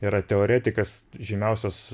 yra teoretikas žymiausias